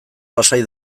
lasai